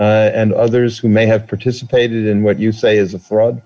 d and others who may have participated in what you say is a fraud